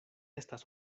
estas